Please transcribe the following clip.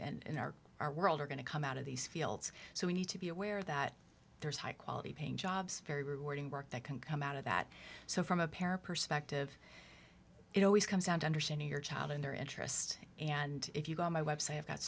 and in our our world are going to come out of these fields so we need to be aware that there's high quality paying jobs very rewarding work that can come out of that so from a parent perspective it always comes down to understanding your child and their interest and if you go on my website i've got